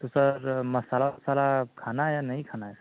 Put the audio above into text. तो सर मसाला ओसाला खाना है या नहीं खाना है सर